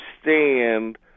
understand